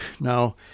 Now